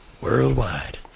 Worldwide